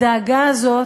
הדאגה הזאת,